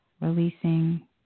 releasing